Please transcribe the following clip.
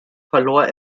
verlor